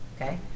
Okay